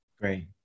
Great